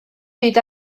byd